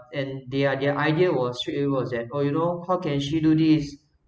and their their idea was straightaway was that you know how can she do this